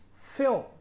film